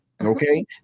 okay